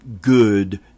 good